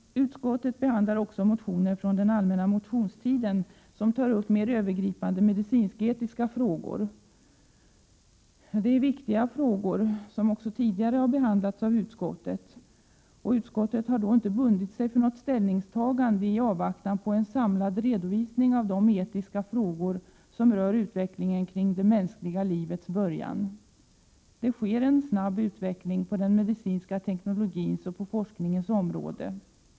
Utskottet behandlar också motioner från den allmänna motionstiden som tar upp mer övergripande medicinsk-etiska frågor. Det är viktiga frågor som även tidigare behandlats av utskottet. Utskottet har inte bundit sig för något ställningstagande i avvaktan på en samlad redovisning av de etiska frågor som rör utvecklingen kring det mänskliga livets början. Det sker en snabb utveckling på den medicinska teknologins och på forskningens område.